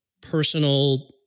personal